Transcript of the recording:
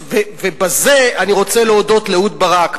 ובזה אני רוצה להודות לאהוד ברק,